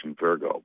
Virgo